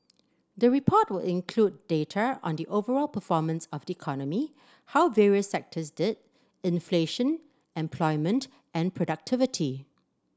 the report will include data on the overall performance of the economy how various sectors did inflation employment and productivity